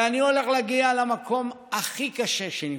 אבל אני הולך להגיע למקום הכי קשה שנפגוש.